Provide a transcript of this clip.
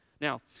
Now